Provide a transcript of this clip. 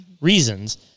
reasons